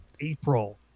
April